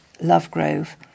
Lovegrove